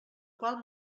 qual